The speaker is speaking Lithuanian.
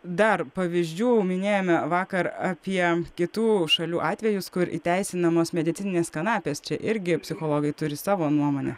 dar pavyzdžių minėjome vakar apie kitų šalių atvejus kur įteisinamos medicininės kanapės čia irgi psichologai turi savo nuomonę